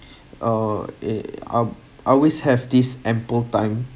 uh a I’m I always have this ample time